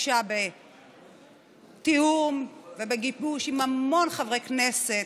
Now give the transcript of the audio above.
שהוגשה בתיאום ובגיבוש עם המון חברי כנסת,